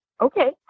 Okay